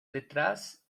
detrás